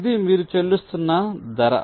ఇది మీరు చెల్లిస్తున్న ధర